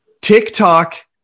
TikTok